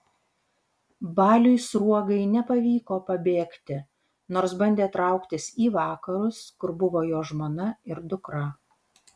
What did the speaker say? baliui sruogai nepavyko pabėgti nors bandė trauktis į vakarus kur buvo jo žmona ir dukra